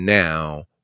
now